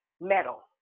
metal